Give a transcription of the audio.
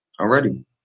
Already